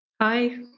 Hi